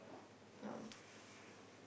um